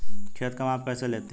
खेत का माप कैसे लेते हैं?